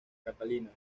catalina